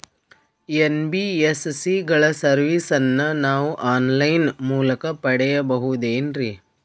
NBSC ಗಳ ಸರ್ವಿಸನ್ನ ನಾವು ಆನ್ ಲೈನ್ ಮೂಲಕ ಪಡೆಯಬಹುದೇನ್ರಿ?